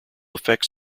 effects